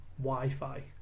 Wi-Fi